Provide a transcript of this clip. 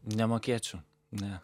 nemokėčiau ne